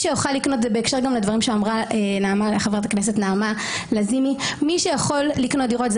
זה גם בהקשר למה שאמרה חברת הכנסת לזימי מי שיכול לקנות דירות זה